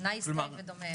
"נייס גאי" ודומיהם.